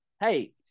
hey